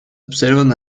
observan